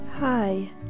Hi